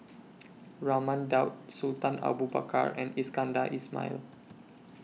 Raman Daud Sultan Abu Bakar and Iskandar Ismail